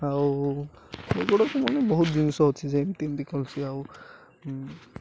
ଆଉ ସେଗୁଡ଼ାକ ମାନେ ବହୁତ ଜିନିଷ ଅଛି ଯେ ଏମତି ଏମତି ଆଉ